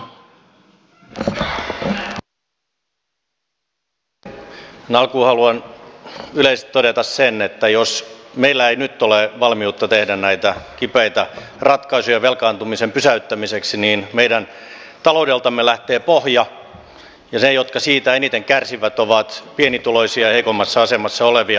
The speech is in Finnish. tähän alkuun haluan yleisesti todeta sen että jos meillä ei nyt ole valmiutta tehdä näitä kipeitä ratkaisuja velkaantumisen pysäyttämiseksi niin meidän taloudeltamme lähtee pohja ja ne jotka siitä eniten kärsivät ovat pienituloisia ja heikoimmassa asemassa olevia